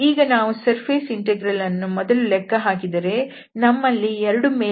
ಈಗ ನಾವು surface integral ಅನ್ನು ಮೊದಲು ಲೆಕ್ಕಹಾಕಿದರೆ ನಮ್ಮಲ್ಲಿ 2 ಮೇಲ್ಮೈಗಳಿವೆ S1 ಹಾಗೂ S2